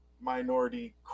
minority